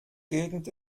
gegend